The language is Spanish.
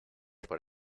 por